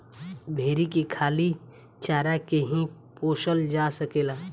भेरी के खाली चारा के ही पोसल जा सकेला